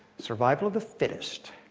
survival of the fittest.